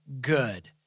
good